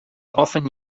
often